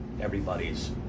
everybody's